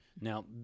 Now